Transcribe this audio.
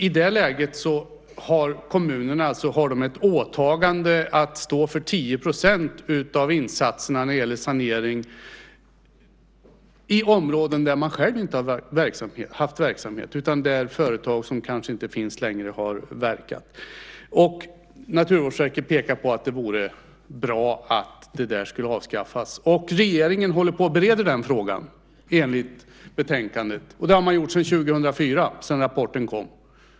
I det läget har kommunerna ett åtagande att stå för 10 % av insatserna när det gäller sanering i områden där de själva inte har haft verksamhet utan där företag, som kanske inte finns längre, har verkat. Naturvårdsverket pekar på att det vore bra om det där kunde avskaffas. Regeringen håller på och bereder den frågan enligt betänkandet. Det har man gjort sedan 2004, då rapporten kom.